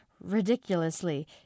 ridiculously